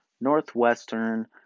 Northwestern